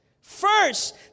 First